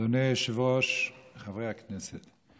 אדוני היושב-ראש, חברי הכנסת,